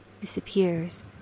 disappears